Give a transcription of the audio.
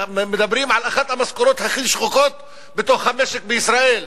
מדברים על אחת המשכורות הכי שחוקות במשק בישראל.